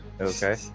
Okay